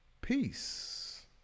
peace